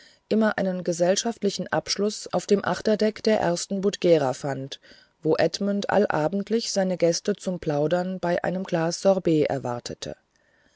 immer einen gesellschaftlichen abschluß auf dem achterdeck der ersten budgera fand wo edmund allabendlich seine gäste zum plaudern bei einem glas sorbet erwartete